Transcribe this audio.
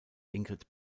ingrid